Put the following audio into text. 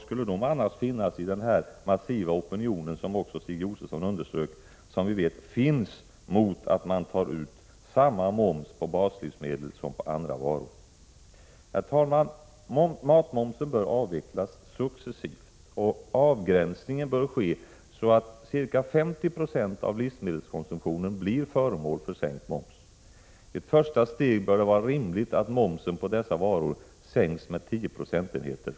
Skulle de inte finnas i den massiva opinionen, som också Stig Josefson nämnde och som vi vet finns, mot att det tas ut samma moms på baslivsmedel som på andra varor? Herr talman! Matmomsen bör avvecklas successivt, och avgränsningen bör ske så, att ca 50 90 av livsmedelskonsumtionen blir föremål för en sänkning av momsen. I ett första steg bör det vara rimligt att momsen på dessa varor sänks med 10 procentenheter.